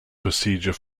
procedure